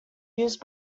used